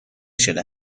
شده